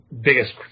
biggest